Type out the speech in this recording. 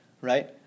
Right